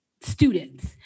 students